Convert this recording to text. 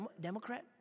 Democrat